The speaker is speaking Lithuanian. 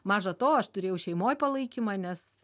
maža to aš turėjau šeimoj palaikymą nes